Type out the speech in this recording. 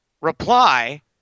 reply